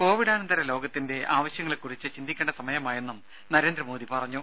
കോവിഡാനന്തര ലോകത്തിന്റെ ആവശ്യങ്ങളെക്കുറിച്ച് ചിന്തിക്കേണ്ട സമയമായെന്നും പ്രധാനമന്ത്രി പറഞ്ഞു